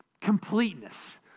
Completeness